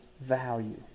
value